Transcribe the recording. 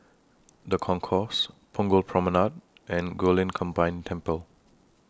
The Concourse Punggol Promenade and Guilin Combined Temple